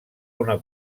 una